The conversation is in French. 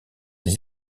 des